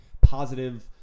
positive